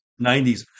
90s